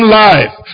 life